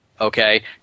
Okay